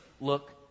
look